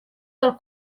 del